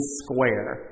square